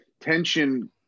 tension